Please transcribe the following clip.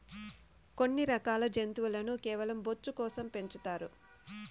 కొన్ని రకాల జంతువులను కేవలం బొచ్చు కోసం పెంచుతారు